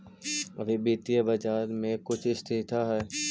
अभी वित्तीय बाजार में कुछ स्थिरता हई